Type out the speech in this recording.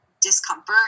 discomfort